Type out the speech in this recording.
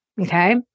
Okay